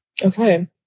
Okay